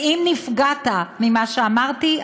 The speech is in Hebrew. ואם נפגעת ממה שאמרתי,